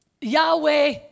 Yahweh